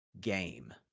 game